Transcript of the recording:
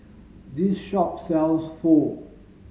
this shop sells Pho